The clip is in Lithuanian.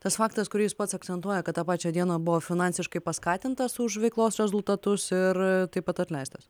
tas faktas kurį jis pats akcentuoja kad tą pačią dieną buvo finansiškai paskatintas už veiklos rezultatus ir taip pat atleistas